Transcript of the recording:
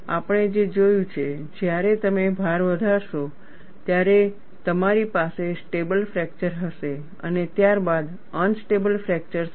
આપણે જે જોયું છે જ્યારે તમે ભાર વધારશો ત્યારે તમારી પાસે સ્ટેબલ ફ્રેકચર હશે અને ત્યારબાદ અનસ્ટેબલ ફ્રેકચર થશે